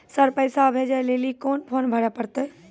Sir पैसा भेजै लेली कोन फॉर्म भरे परतै?